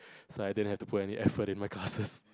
so I didn't have to put any effort in my classes